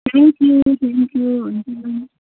thank you thank you हुन्छ